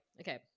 Okay